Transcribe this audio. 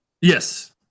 Yes